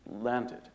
landed